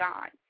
God